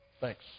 Thanks